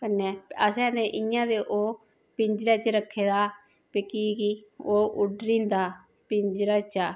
कन्नै असें इंया ते ओह् पिंजरे च रक्खे दा कि के ओह् उड्डरी जंदा पिंजरे च